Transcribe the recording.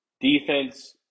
Defense